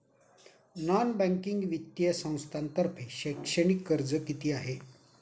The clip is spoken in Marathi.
नॉन बँकिंग वित्तीय संस्थांतर्फे शैक्षणिक कर्ज किती आहे?